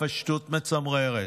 בפשטות מצמררת: